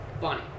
Bonnie